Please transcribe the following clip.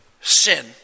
Sin